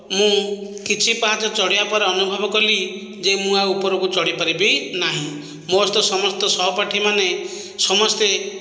ମୁଁ କିଛି ପାହାଚ ଚଢ଼ିବା ପରେ ଅନୁଭବ କଲି ଯେ ମୁଁ ଆଉ ଉପରକୁ ଚଢ଼ିପାରିଵି ନାହିଁ ମୋର ସହିତ ସମସ୍ତ ସହପାଠୀମାନେ ସମସ୍ତେ